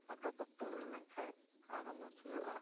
ᱯᱟᱠᱟ ᱯᱚᱠᱛᱚ ᱦᱩᱭ ᱞᱮᱱ ᱠᱷᱟᱡ ᱟᱨ ᱦᱚᱸ ᱢᱚᱸᱡᱽ ᱦᱩᱭᱩᱜᱼᱟ